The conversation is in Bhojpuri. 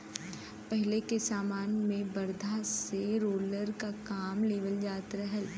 पहिले के समय में बरधा से रोलर क काम लेवल जात रहल